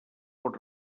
pot